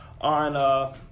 on